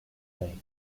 they